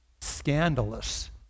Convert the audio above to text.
Scandalous